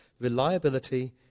reliability